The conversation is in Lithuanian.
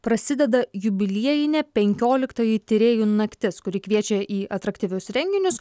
prasideda jubiliejinė penkioliktoji tyrėjų naktis kuri kviečia į atraktyvius renginius